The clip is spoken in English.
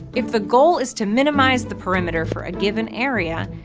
if the goal is to minimize the perimeter for a given area,